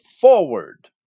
forward